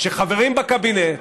שחברים בקבינט